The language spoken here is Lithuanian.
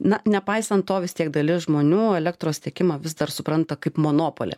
na nepaisant to vis tiek dalis žmonių elektros tiekimą vis dar supranta kaip monopolį